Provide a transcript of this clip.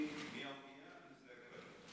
שהגיעו מהאונייה לשדה הקרב,